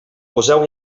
poseu